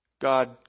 God